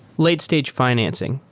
late stage fi nancing.